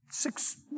six